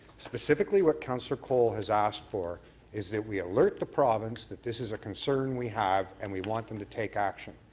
specifically what councillor colle has asked for is that we alert the province this this is a concern we have and we want them to take action.